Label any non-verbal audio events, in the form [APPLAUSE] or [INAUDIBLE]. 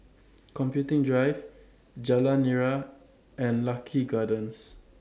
[NOISE] Computing Drive Jalan Nira and Lucky Gardens